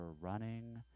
running